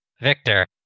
Victor